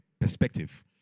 perspective